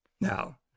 Now